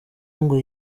ngo